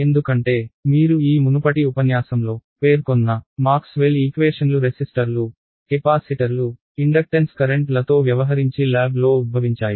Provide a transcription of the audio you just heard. ఎందుకంటే మీరు ఈ మునుపటి ఉపన్యాసంలో పేర్కొన్న మాక్స్వెల్ ఈక్వేషన్లు రెసిస్టర్లు కెపాసిటర్లు ఇండక్టెన్స్ కరెంట్లతో వ్యవహరించి ల్యాబ్లో ఉద్భవించాయి